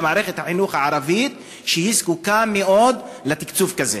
למערכת החינוך הערבית שזקוקה מאוד לתקצוב כזה?